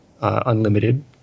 unlimited